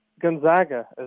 gonzaga